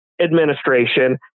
administration